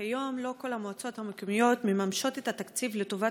כיום לא כל המועצות המקומיות ממשות את התקציב לטובת